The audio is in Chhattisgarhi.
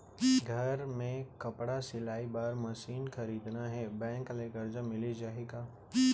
घर मे कपड़ा सिलाई बार मशीन खरीदना हे बैंक ले करजा मिलिस जाही का?